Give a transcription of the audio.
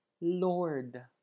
Lord